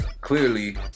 clearly